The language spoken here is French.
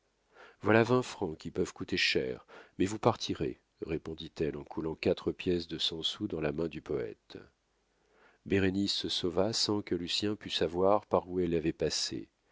voilà vingt francs qui peuvent coûter cher mais vous partirez répondit-elle en coulant quatre pièces de cent sous dans la main du poète bérénice se sauva sans que lucien pût savoir par où elle avait passé